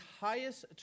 highest